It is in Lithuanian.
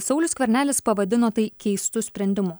saulius skvernelis pavadino tai keistu sprendimu